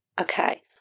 Okay